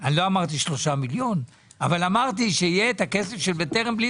לא אמרתי שיהיה 3 מיליון אבל אמרתי שיהיה הכסף של בטרם.